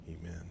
amen